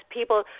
people